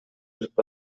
өтүп